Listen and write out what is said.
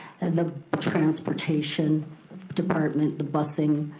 and the transportation department, the busing,